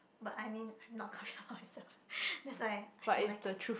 but I mean I'm not confident about myself that's why I don't like it